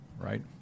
right